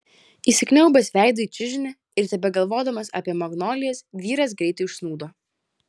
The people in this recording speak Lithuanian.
įsikniaubęs veidu į čiužinį ir tebegalvodamas apie magnolijas vyras greitai užsnūdo